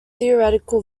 theoretical